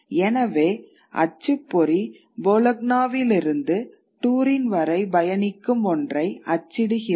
எனவே அச்சுப்பொறி போலோக்னாவிலிருந்து டுரின் வரை பயணிக்கும் ஒன்றை அச்சிடுகிறது